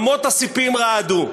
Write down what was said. אמות הספים רעדו.